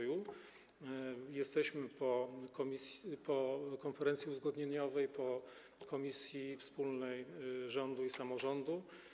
Jesteśmy po konferencji uzgodnieniowej, po komisji wspólnej rządu i samorządu.